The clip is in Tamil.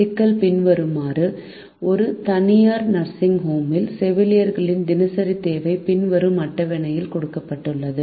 சிக்கல் பின்வருமாறு ஒரு தனியார் நர்சிங் ஹோமில் செவிலியர்களின் தினசரி தேவை பின்வரும் அட்டவணையில் கொடுக்கப்பட்டுள்ளது